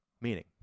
Meaning